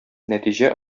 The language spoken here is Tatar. нәтиҗә